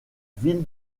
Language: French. ville